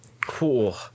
cool